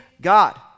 God